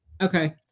Okay